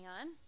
on